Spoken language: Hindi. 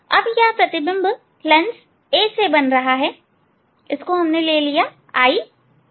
अब यह प्रतिबिंब लेंस A से बन रहा हैIIA